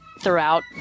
throughout